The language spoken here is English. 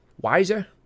wiser